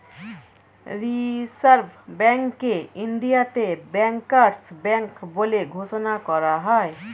reserve ব্যাঙ্ককে ইন্ডিয়াতে bankers bank বলে ঘোষণা করা হয়